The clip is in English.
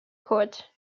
court